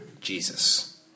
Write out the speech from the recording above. Jesus